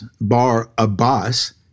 Bar-Abbas